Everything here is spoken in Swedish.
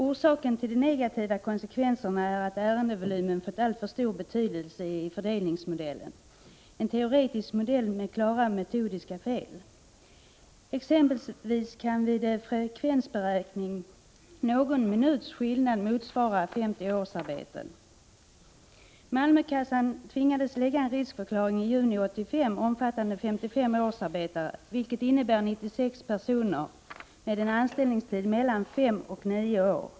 Orsaken till de negativa konsekvenserna är att ärendevolymen fått alltför stor betydelse i fördelningsmodellen — en teoretisk modell med klara metodiska fel. Exempelvis kan vid frekvensberäkning någon minuts skillnad motsvara 50 årsarbeten. Malmökassan tvingades lägga en riskförklaring i juni 1985 omfattande 55 årsarbetare, vilket innebär 96 personer med en anställningstid mellan fem och nio år.